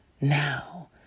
now